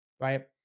right